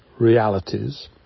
realities